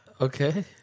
Okay